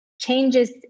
changes